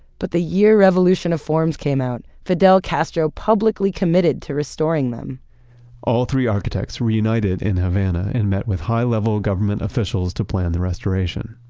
but the year revolution of forms came out, fidel castro publicly committed to restoring them all three architects reunited in havana and met with high-level government officials to plan the restoration,